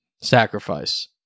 sacrifice